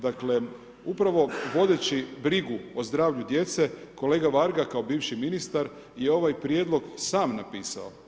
Dakle, upravo vodeći brigu o zdravlju djece, kolega Varga kao bivši ministar je ovaj prijedlog sam napisao.